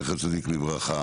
זכר צדיק לברכה,